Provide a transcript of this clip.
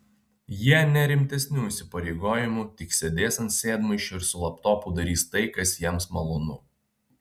jie ne rimtesnių įsipareigojimų tik sėdės ant sėdmaišio ir su laptopu darys tai kas jiems malonu